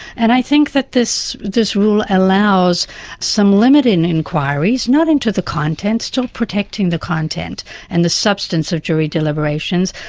and i think that this this rule allows some limit in enquiries, not into the content, still protecting the content and the substance of jury deliberations,